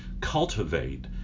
Cultivate